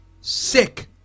Sick